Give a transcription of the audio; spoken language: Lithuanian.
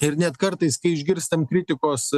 ir net kartais kai išgirstam kritikos